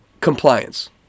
compliance